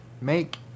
make